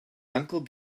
uncle